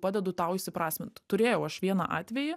padedu tau įsiprasmint turėjau aš vieną atvejį